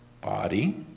body